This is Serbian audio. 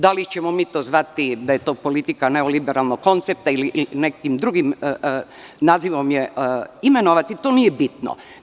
Da li ćemo mi znati da je to politika neoliberalnog koncepta ili nekim drugim nazivom je imenovati, to nije bitno.